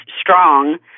strong